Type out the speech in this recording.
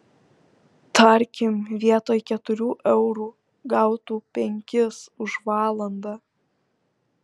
tarkim vietoj keturių eurų gautų penkis už valandą